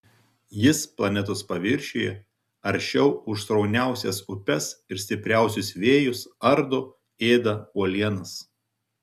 jis planetos paviršiuje aršiau už srauniausias upes ir stipriausius vėjus ardo ėda uolienas